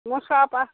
মোৰ চোৱাপাত